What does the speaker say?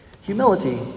Humility